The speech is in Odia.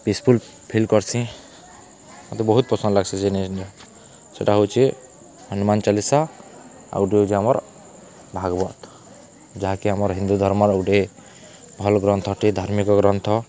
ପିସ୍ଫୁଲ୍ ଫିଲ୍ କର୍ସି ମୋତେ ବହୁତ ପସନ୍ଦ ଲାଗ୍ସି ଯେନେ ସେଇଟା ହେଉଛି ହନୁମାନ ଚାଲିଶା ଆଉ ଗୋଟେ ହେଉଛି ଆମର ଭାଗବତ ଯାହାକି ଆମର ହିନ୍ଦୁ ଧର୍ମର ଗୋଟିଏ ଭଲ ଗ୍ରନ୍ଥଟିଏ ଧାର୍ମିକ ଗ୍ରନ୍ଥ